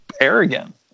arrogant